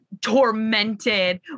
tormented